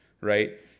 Right